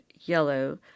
yellow